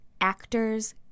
actors